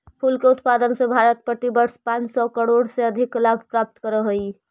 फूल के उत्पादन से भारत प्रतिवर्ष पाँच सौ करोड़ से अधिक लाभ करअ हई